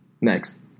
next